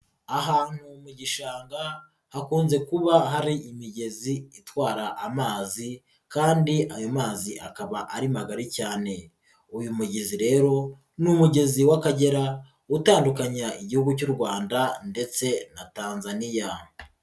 Ahantu mu gishanga hakunze kuba hari imigezi itwara amazi kandi ayo mazi akaba ari magari cyane, uyu mugezi rero n'umugezi w'Akagera, utandukanya Igihugu cy'u Rwanda ndetse na Tanzaniya.